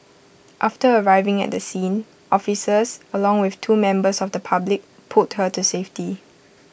after arriving at the scene officers along with two members of the public pulled her to safety